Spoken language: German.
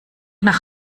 nach